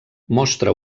mostra